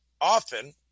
often